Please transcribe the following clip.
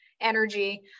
energy